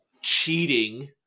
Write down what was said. Cheating